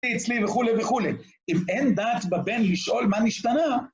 אצלי וכולי וכולי, אם אין דעת בבן לשאול מה נשתנה